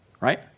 Right